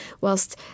whilst